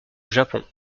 japon